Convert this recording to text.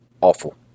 awful